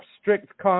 strict